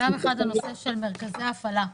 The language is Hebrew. פער אחד הוא הנושא של מרכזי ההפעלה,